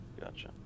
Gotcha